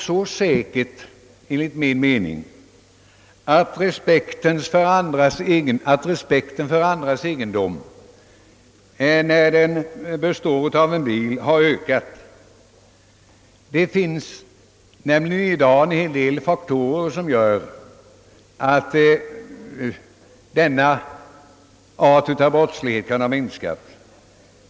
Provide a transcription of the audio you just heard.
Men det är enligt min mening inte så säkert att respekten för andras egendom har ökat just när det gäller bilarna. Det finns nämligen i dag en del faktorer som bidrar till att denna art av brottslighet har minskat.